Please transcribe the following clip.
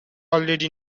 already